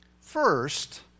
first